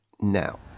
now